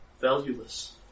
valueless